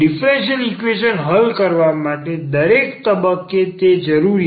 differential equation હલ કરવા માટે દરેક તબક્કે તે જરૂરી છે